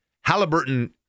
Halliburton